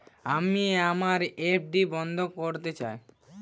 আমি আমার এফ.ডি বন্ধ করতে চাই